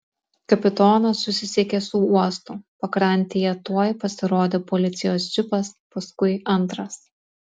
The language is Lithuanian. kapitonas susisiekė su uostu pakrantėje tuoj pasirodė policijos džipas paskui antras